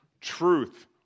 Truth